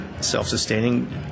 self-sustaining